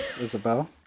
Isabel